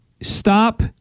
stop